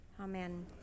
Amen